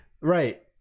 Right